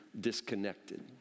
disconnected